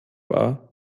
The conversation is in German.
wahr